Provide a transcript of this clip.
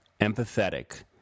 empathetic